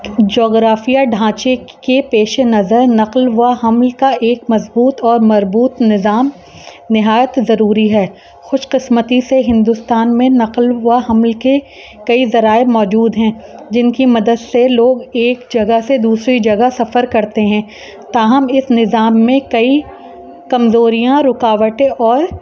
جغرافیہ ڈھانچے کے پیش نظر نقل و حمل کا ایک مضبوط اور مربوط نظام نہایت ضروری ہے خوش قسمتی سے ہندوستان میں نقل و حمل کے کئی ذرائع موجود ہیں جن کی مدد سے لوگ ایک جگہ سے دوسری جگہ سفر کرتے ہیں تاہم اس نظام میں کئی کمزوریاں رکاوٹیں اور